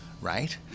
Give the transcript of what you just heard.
right